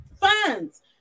funds